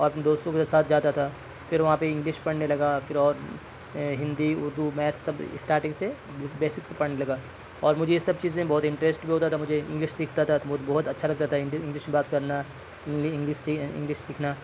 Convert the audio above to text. اور اپنے دوستوں کے ساتھ جاتا تھا پھر وہاں پہ انگلش پڑھنے لگا پھر اور ہندی اردو میتھس سب اسٹارٹنگ سے بیسک سے پڑھنے لگا اور مجھے یہ سب چیزیں بہت انٹریسٹ بھی ہوتا تھا مجھے انگلش سیکھتا تھا بہت بہت اچھا لگتا تھا انگلش میں بات کرنا مجھے انگلش سی انگلش سیکھنا